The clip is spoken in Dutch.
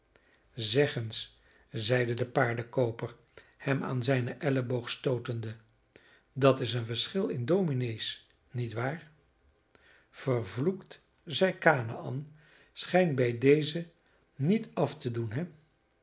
eens zeide de paardenkooper hem aan zijnen elleboog stootende dat is een verschil in dominees niet waar vervloekt zij kanaän schijnt bij dezen niet af te doen he